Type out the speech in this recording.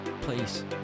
please